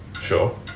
Sure